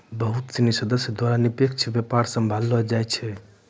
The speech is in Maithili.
बहुत सिनी सदस्य द्वारा निष्पक्ष व्यापार सम्भाललो जाय छै